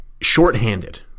shorthanded